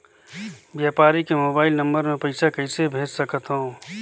व्यापारी के mobile number मे पईसा कइसे भेज सकथव?